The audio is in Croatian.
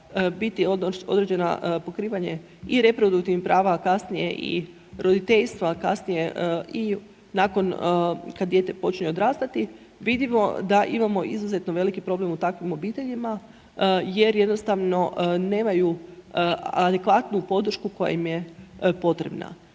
biti određeno pokrivanje i reproduktivnih prava, a kasnije i roditeljstva, a kasnije i nakon kad dijete počinje odrastati vidimo da imamo izuzetno problem u takvim obiteljima jer jednostavno nemaju adekvatnu podršku koja im je potrebna.